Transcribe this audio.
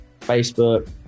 facebook